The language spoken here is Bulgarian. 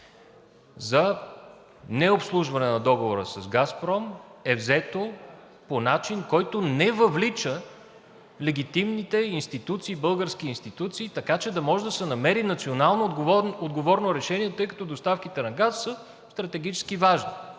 за необслужване на Договора с „Газпром“ е взето по начин, който не въвлича легитимните институции, български институции, така че да може да се намери национално отговорно решение, тъй като доставките на газ са стратегически важни.